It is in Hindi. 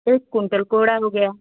एक कुंटल कोहरा हो गया